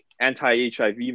anti-HIV